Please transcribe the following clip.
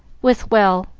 with well,